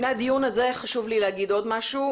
לפני הדיון הזה חשוב לי להגיד עוד משהו.